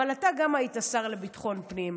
אבל גם אתה היית שר לביטחון פנים,